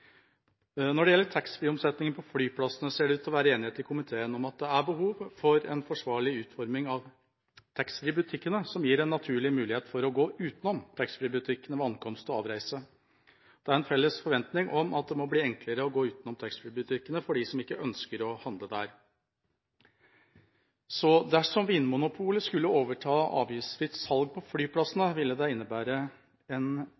Når det gjelder taxfree-omsetningen på flyplassene, ser det ut til å være enighet i komiteen om at det er behov for en forsvarlig utforming av taxfree-butikkene, og at det gis en naturlig mulighet for å gå utenom taxfree-butikkene ved ankomst og avreise. Det er en felles forventning om at det må bli enklere å gå utenom taxfree-butikkene for dem som ikke ønsker å handle der. Dersom Vinmonopolet skulle overta avgiftsfritt salg på flyplassene, ville det innebære en